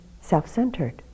self-centered